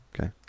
Okay